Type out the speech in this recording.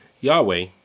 Yahweh